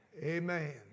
Amen